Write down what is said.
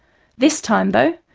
this time though,